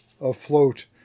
afloat